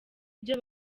byo